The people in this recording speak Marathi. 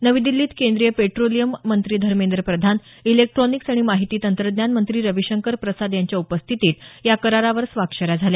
नवी दिल्लीत केंद्रीय पेट्रोलियम मंत्री धर्मेंद्र प्रधान इलेक्ट्रॉनिक्स आणि माहिती तंत्रज्ञान मंत्री रविशंकर प्रसाद यांच्या उपस्थितीत या करारावर स्वाक्षऱ्या झाल्या